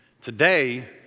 Today